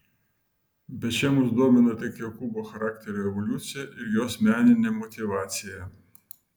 bet čia mus domina tik jokūbo charakterio evoliucija ir jos meninė motyvacija